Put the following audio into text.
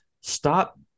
Stop